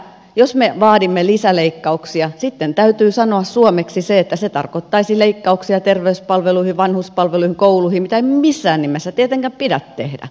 jos me vaadimme lisäleikkauksia sitten täytyy sanoa suomeksi se että se tarkoittaisi leikkauksia terveyspalveluihin vanhuspalveluihin kouluihin mitä ei missään nimessä tietenkään pidä tehdä